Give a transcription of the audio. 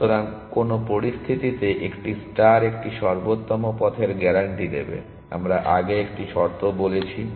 সুতরাং কোন পরিস্থিতিতে একটি ষ্টার একটি সর্বোত্তম পথের গ্যারান্টি দেবে আমরা আগে একটি শর্ত বলেছি